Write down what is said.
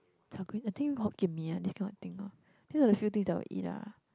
char-kway I think Hokkien Mee ah this kind of thing oh these are the few things I will eat lah